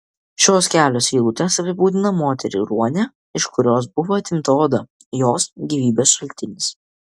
šios kelios eilutės apibūdina moterį ruonę iš kurios buvo atimta oda jos gyvybės šaltinis